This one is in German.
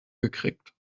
gekriegt